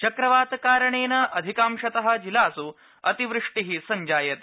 चक्रवातकारणेन अधिकांशत जिलास् अतिवृष्टि सञ्जायते